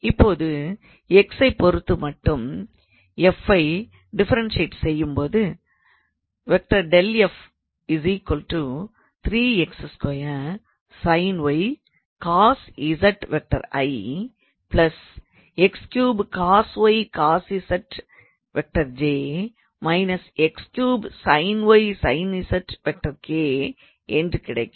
இப்பொழுது x ஐ பொறுத்து f ஐ டிஃபரன்ஷியேட் செய்யும்பொழுது ∇⃗𝑓 3𝑥2 sin 𝑦 cos 𝑧 𝑖̂ 𝑥3 cos 𝑦 cos 𝑧 𝑗̂ − 𝑥3 sin 𝑦 sin 𝑧 𝑘̂ என்று கிடைக்கும்